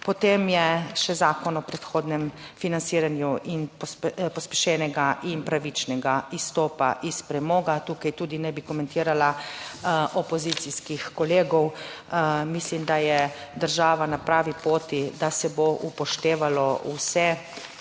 Potem je še zakon o predhodnem financiranju in pospešenega in pravičnega izstopa iz premoga. Tukaj tudi ne bi komentirala opozicijskih kolegov. Mislim, da je država na pravi poti, da se bo upoštevalo vse